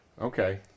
Okay